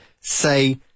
say